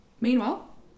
Meanwhile